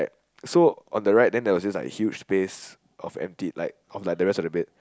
so on the right then there was this like huge space of empty on like the rest of the bed